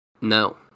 no